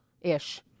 ish